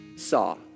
saw